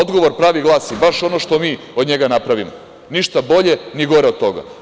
Odgovor pravi glasi – baš ono što mi od njega napravimo, ništa bolje, ni gore od toga.